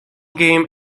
game